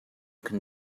can